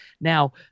Now